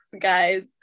guys